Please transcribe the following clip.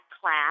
class